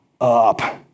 up